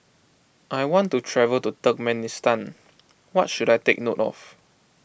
I want to travel to Turkmenistan what should I take note of